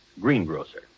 greengrocer